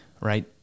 right